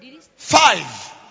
Five